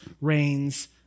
reigns